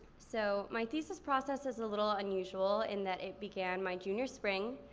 so my thesis process is a little unusual in that it began my junior spring,